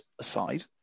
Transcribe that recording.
aside